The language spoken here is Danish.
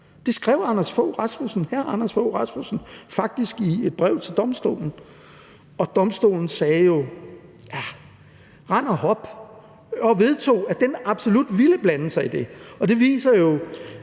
Det skrev hr. Anders Fogh Rasmussen faktisk i et brev til Domstolen, og Domstolen sagde jo rend og hop og vedtog, at den absolut ville blande sig i det. Det viser jo,